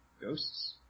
Ghosts